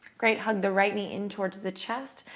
great. hug the right knee in towards the chest,